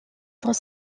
sont